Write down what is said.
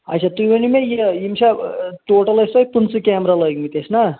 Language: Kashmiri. اچھا تُہی ؤنیو مےٚ یہِ یِم چھا ٹوٹل ٲسۍ تۄہہِ پٕنٛژٕہ کیمرہ لٲگۍ مٕتۍ اَسہِ نا